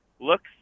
Looks